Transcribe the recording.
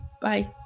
Bye